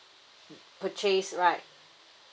purchase right